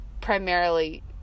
primarily